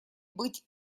быть